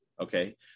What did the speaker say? okay